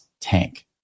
tank